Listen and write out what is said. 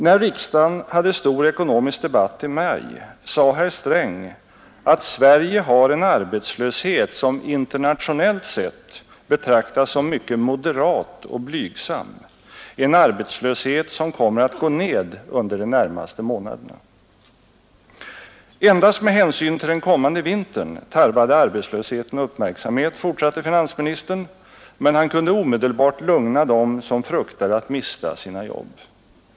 När riksdagen hade stor ekonomisk debatt i maj sade herr Sträng att Sverige har ”en arbetslöshet som internationellt betraktas som mycket moderat, och blygsam, en arbetslöshet som kommer att gå ned under de närmaste månaderna”. Endast med hänsyn till den kommande vintern tarvade arbetslösheten uppmärksamhet, fortsatte finansministern, men han kunde omedelbart lugna dem som fruktade att mista sina jobb.